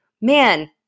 man